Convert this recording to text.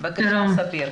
בבקשה, ספיר.